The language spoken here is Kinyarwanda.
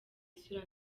isura